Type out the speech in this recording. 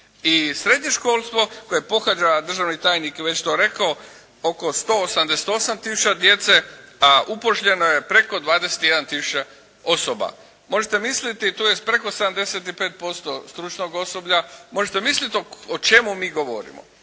I srednje školstvo koje pohađa, a državni tajnik je već to rekao, oko 188 tisuća djece, a upošljeno je preko 21 tisuća osoba. To je preko 75% stručnog osoblja. Možete misliti o čemu mi govorimo.